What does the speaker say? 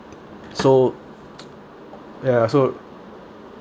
so ya so